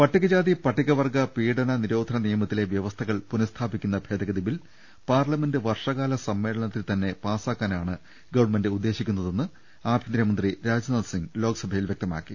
പട്ടിക ജാതി പട്ടിക വർഗ പീഡന നിരോധന നിയമത്തിലെ വ്യവ സ്ഥകൾ പുനസ്ഥാപിക്കുന്ന ഭേദഗതി ബിൽ പാർലമെന്റ് വർഷകാല സമ്മേളനത്തിൽ തന്നെ പാസാക്കാനാണ് ഗ്വൺമെന്റ് ഉദ്ദേശിക്കുന്ന തെന്ന് ആഭ്യന്തരമന്ത്രി രാജ്നാഥ് സിങ്ങ് ലോക്സഭയിൽ വ്യക്തമാ ക്കി